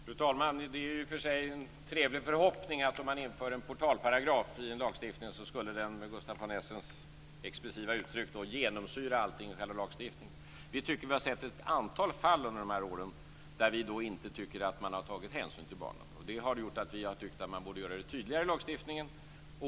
Fru talman! Det är i och för sig en trevlig förhoppning att om man inför en portalparagraf i en lagstiftning skulle den med Gustaf von Essens expressiva uttryck genomsyra själva lagstiftningen. Vi tycker att vi har sett ett antal fall under dessa år där vi inte tycker att man har tagit hänsyn till barnen. Det har gjort att vi har tyckt att man borde göra det tydligare i lagstiftningen.